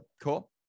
cool